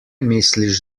misliš